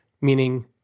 meaning